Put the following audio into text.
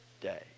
day